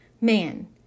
Man